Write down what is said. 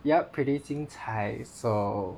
yup pretty 精彩 so